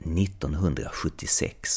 1976